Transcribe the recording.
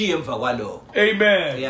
Amen